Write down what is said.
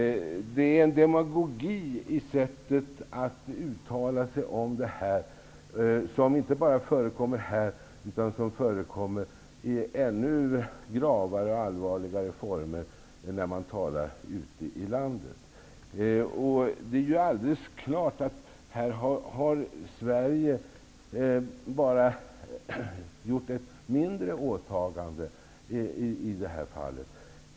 Det finns en demagogi i sättet att uttala sig om det här som förekommer inte bara här utan i ännu gravare och allvarligare former när man talar ute i landet. Det är ju alldeles klart att Sverige har gjort bara ett mindre åtagande i detta fall.